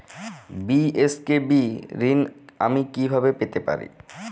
BSKB ঋণ আমি কিভাবে পেতে পারি?